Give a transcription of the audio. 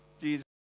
Jesus